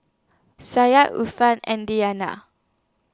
Syah Yusuf and Diyana